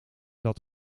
dat